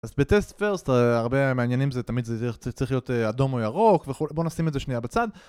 אז ב-Test first הרבה מעניינים זה תמיד צריך להיות אדום או ירוק וכו', בואו נשים את זה שנייה בצד